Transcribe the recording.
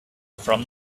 from